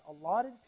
allotted